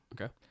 Okay